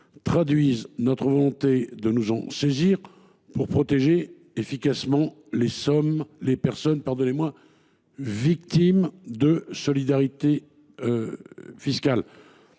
traduisent notre volonté de nous en saisir pour protéger efficacement les personnes victimes de solidarité fiscale.